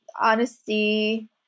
honesty